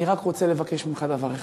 אני רק רוצה לבקש ממך דבר אחד: